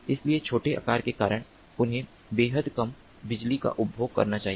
इसलिए छोटे आकार के कारण उन्हें बेहद कम बिजली का उपभोग करना चाहिए